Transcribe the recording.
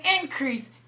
increase